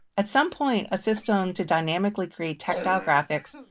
at some point, a system to dynamically create tactile graphics,